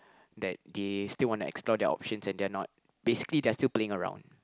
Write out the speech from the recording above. that they still want to explore their options and they're not basically they are still playing around